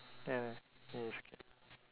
ya i~ it's okay